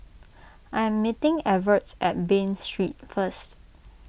I am meeting Evert at Bain Street first